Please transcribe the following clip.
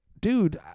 dude